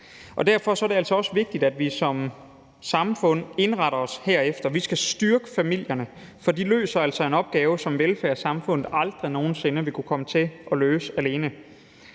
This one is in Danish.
Derfor er det altså også vigtigt, at vi som samfund indretter os herefter. Vi skal styrke familierne, for de løser altså en opgave, som velfærdssamfundet aldrig nogen sinde vil kunne komme til at løse alene.